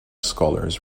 scholars